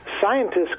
Scientists